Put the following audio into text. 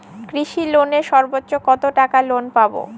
কৃষি লোনে সর্বোচ্চ কত টাকা লোন পাবো?